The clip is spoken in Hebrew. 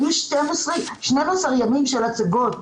היו 12 ימים של הצגות,